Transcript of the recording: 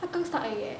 刚刚 start 而已 leh